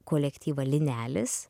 kolektyvą linelis